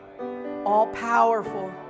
all-powerful